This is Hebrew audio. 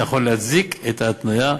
יכול להצדיק את ההתניה,